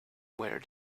where